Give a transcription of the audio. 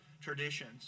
traditions